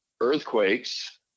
earthquakes